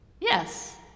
Yes